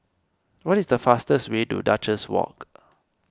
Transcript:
what is the fastest way to Duchess Walk